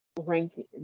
ranking